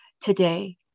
today